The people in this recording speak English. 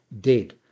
dead